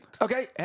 Okay